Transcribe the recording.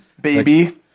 Baby